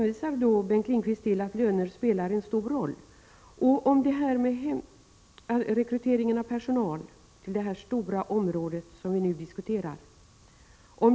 Vårdlinjen i gymnasieskolan attraherar numera inte så många sökande ungdomar som tidigare.